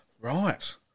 Right